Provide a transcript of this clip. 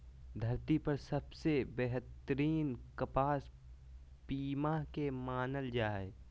धरती पर सबसे बेहतरीन कपास पीमा के मानल जा हय